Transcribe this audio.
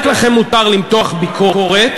רק לכם מותר למתוח ביקורת.